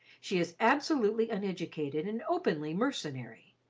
she is absolutely uneducated and openly mercenary.